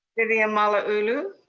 vivian malauulu.